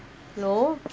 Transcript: no